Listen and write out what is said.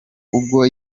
ubwo